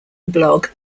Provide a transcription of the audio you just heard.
blog